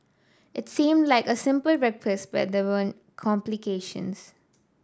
it seemed like a simple request but there were complications